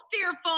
fearful